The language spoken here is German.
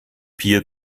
pia